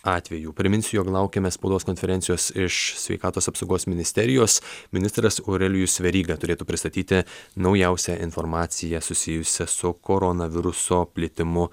atvejų priminsiu jog laukiame spaudos konferencijos iš sveikatos apsaugos ministerijos ministras aurelijus veryga turėtų pristatyti naujausią informaciją susijusią su koronaviruso plitimu